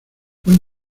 buen